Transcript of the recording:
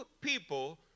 people